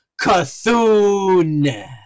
Cthulhu